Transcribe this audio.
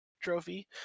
Trophy